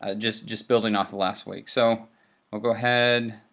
ah just just building off of last week. so i'll go ahead,